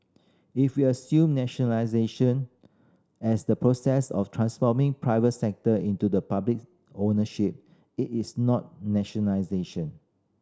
if we assume nationalisation as the process of transforming private sector into the public ownership it is not nationalisation